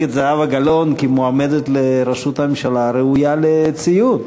את זהבה גלאון כמועמדת לראשות הממשלה ראויה לציון.